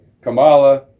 Kamala